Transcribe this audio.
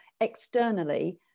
externally